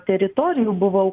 teritorijų buvau